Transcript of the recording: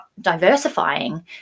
diversifying